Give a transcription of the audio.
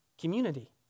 community